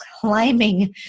climbing